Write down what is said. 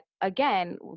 again